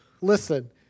listen